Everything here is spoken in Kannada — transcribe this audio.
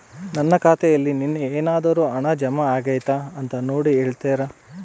ನನ್ನ ಖಾತೆಯಲ್ಲಿ ನಿನ್ನೆ ಏನಾದರೂ ಹಣ ಜಮಾ ಆಗೈತಾ ಅಂತ ನೋಡಿ ಹೇಳ್ತೇರಾ?